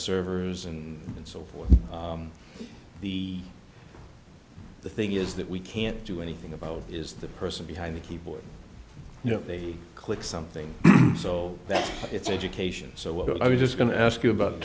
servers and so forth the the thing is that we can't do anything about is the person behind the keyboard you know they click something so that it's education so what i was just going to ask you about